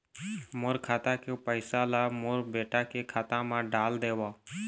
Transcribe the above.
मोर खाता के पैसा ला मोर बेटा के खाता मा डाल देव?